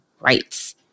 rights